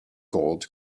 gold